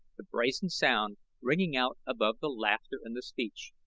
the brazen sound ringing out above the laughter and the speech.